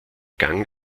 gang